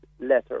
letter